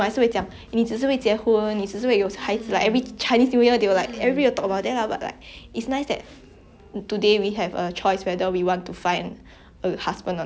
today we have a choice whether we want to find a husband or not but last time it was really really like you need to find husband to survive you know that kind of thing cause women cannot